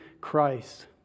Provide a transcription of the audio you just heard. Christ